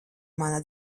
mana